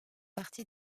partie